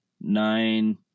nine